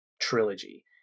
trilogy